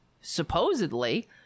supposedly